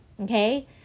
okay